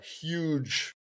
huge